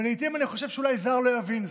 ולעיתים אני חושב שאולי זר לא יבין זאת,